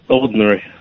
ordinary